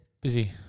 busy